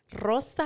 Rosa